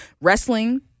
wrestling